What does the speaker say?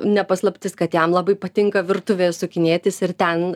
ne paslaptis kad jam labai patinka virtuvėje sukinėtis ir ten